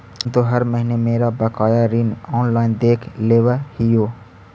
हम तो हर महीने मेरा बकाया ऋण ऑनलाइन देख लेव हियो